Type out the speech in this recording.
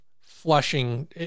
flushing